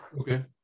Okay